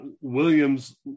Williams